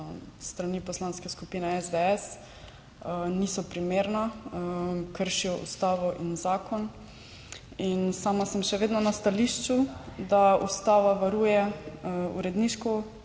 strani Poslanske skupine SDS, niso primerna, kršijo ustavo in zakon. In sama sem še vedno na stališču, da ustava varuje uredniško